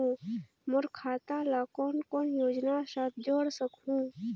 मोर खाता ला कौन कौन योजना साथ जोड़ सकहुं?